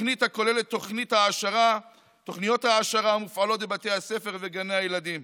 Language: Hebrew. תוכנית הכוללת תוכניות העשרה המופעלות בבתי הספר וגני הילדים,